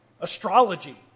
Astrology